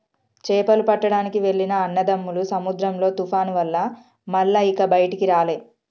చేపలు పట్టడానికి వెళ్లిన అన్నదమ్ములు సముద్రంలో తుఫాను వల్ల మల్ల ఇక బయటికి రాలే